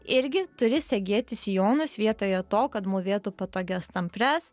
irgi turi segėti sijonus vietoje to kad mūvėtų patogias tampres